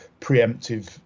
preemptive